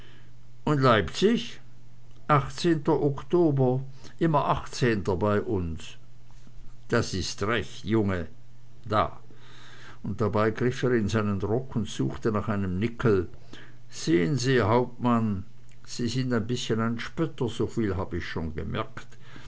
und leipzig achtzehnter oktober immer achtzehnter bei uns das ist recht junge da und dabei griff er in seinen rock und suchte nach einem nickel sehen sie hauptmann sie sind ein bißchen ein spötter soviel hab ich schon gemerkt